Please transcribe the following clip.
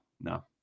no